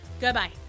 Goodbye